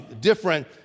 different